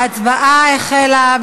ההצבעה החלה.